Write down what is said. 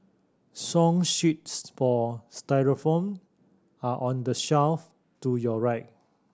song sheets for xylophone are on the shelf to your right